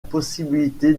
possibilité